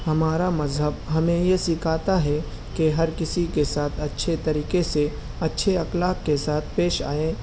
ہمارا مذہب ہمیں یہ سکھاتا ہے کہ ہر کسی کے ساتھ اچھے طریقے سے اچھے اخلاق کے ساتھ پیش آئیں